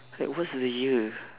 like what's the year